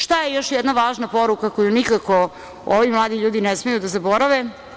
Šta je još jedna važna poruka koju nikako ovi mladi ljudi ne smeju da zaborave?